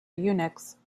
unix